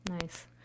Nice